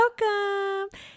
welcome